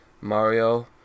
Mario